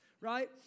right